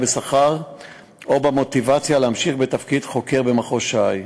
בשכר ובמוטיבציה להמשיך בתפקיד חוקר במחוז ש"י.